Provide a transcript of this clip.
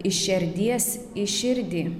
iš šerdies į širdį